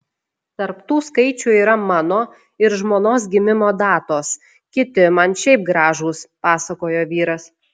tarp tų skaičių yra mano ir žmonos gimimo datos kiti man šiaip gražūs pasakojo vyras